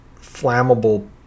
flammable